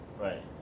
right